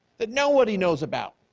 that nobody knows about,